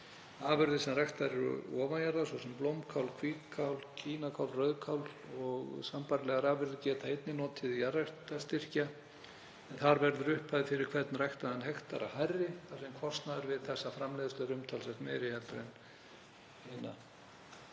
Afurðir sem ræktaðar eru ofan jarðar, svo sem blómkál, hvítkál, kínakál, rauðkál og sambærilegar afurðir, geta einnig notið jarðræktarstyrkja en þar verður upphæð fyrir hvern ræktaðan hektara hærri þar sem kostnaður við þá framleiðslu er umtalsvert meiri en við hina.